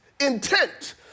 intent